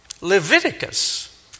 Leviticus